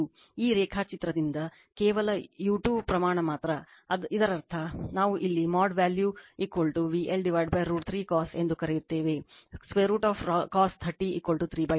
ಈ ರೇಖಾಚಿತ್ರದಿಂದ ಕೇವಲ ಯು 2 ಪ್ರಮಾಣ ಮಾತ್ರ ಇದರರ್ಥ ನಾವು ಇಲ್ಲಿ mod val VL √ 3 cos ಎಂದು ಕರೆಯುತ್ತೇವೆ √ cos 30 32